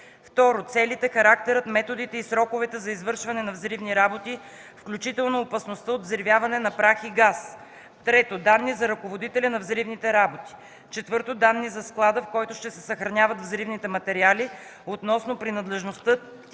лице; 2. целите, характерът, методите и сроковете за извършване на взривни работи, включително опасността от взривяване на прах и газ; 3. данни за ръководителя на взривните работи; 4. данни за склада, в който ще се съхраняват взривните материали, относно принадлежността,